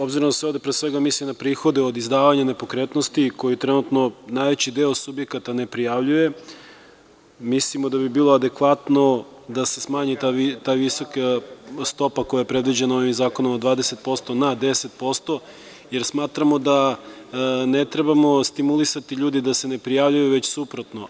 Obzirom da se ovde pre svega misli na prihode od izdavanja nepokretnosti koji je trenutno najveći deo subjekata ne prijavljuje, mislimo da bi bilo adekvatno da se smanji ta visoka stopa koja je predviđena zakonom od 20% na 10% jer smatramo da ne trebamo stimulisati ljude da se ne prijavljuju, već suprotno.